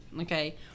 Okay